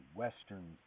western